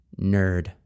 nerd